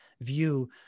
view